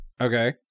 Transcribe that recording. Okay